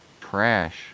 trash